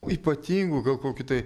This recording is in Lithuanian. ypatingų gal kokių tai